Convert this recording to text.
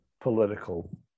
political